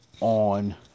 on